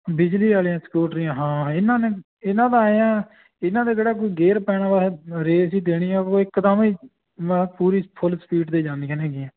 ਬਿਜਲੀ ਵਾਲੀਆ ਸਕੂਟਰੀਆਂ ਹਾਂ ਇਹਨਾਂ ਨੇ ਇਹਨਾਂ ਦਾ ਐਂ ਆ ਇਹਨਾਂ ਦੇ ਕਿਹੜਾ ਕੋਈ ਗੇਅਰ ਪੈਣਾ ਬਸ ਰੇਸ ਹੀ ਦੇਣੀ ਆ ਉਹ ਇੱਕਦਮ ਹੀ ਮ ਪੂਰੀ ਫੁੱਲ ਸਪੀਡ 'ਤੇ ਜਾਂਦੀਆਂ ਨੇਗੀਆਂ